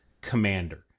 Commander